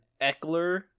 Eckler